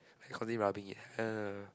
like constantly rubbing it